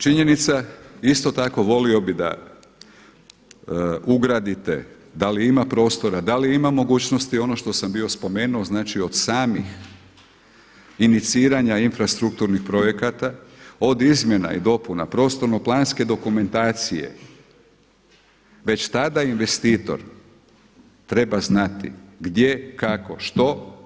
Činjenica isto tako volio bih da ugradite da li ima prostora, da li ima mogućnosti ono što sam bio spomenuo, znači od samih iniciranja infrastrukturnih projekata od izmjena i dopuna prostorno-planske dokumentacije već tada investitor treba znati gdje, kako, što.